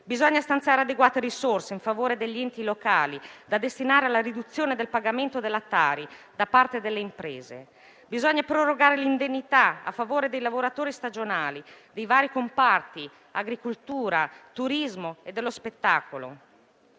Bisogna stanziare adeguate risorse in favore degli enti locali da destinare alla riduzione del pagamento della Tari da parte delle imprese. Bisogna prorogare l'indennità a favore dei lavoratori stagionali di vari comparti (agricoltura, turismo e spettacolo).